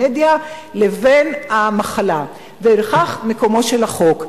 המדיה, לבין המחלה, וכאן מקומו של החוק.